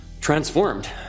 transformed